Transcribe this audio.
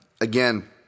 again